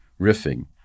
riffing